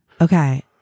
okay